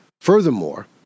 Furthermore